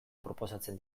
proposatzen